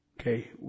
Okay